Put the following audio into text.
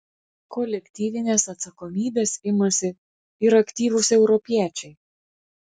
kolektyvinės atsakomybės imasi ir aktyvūs europiečiai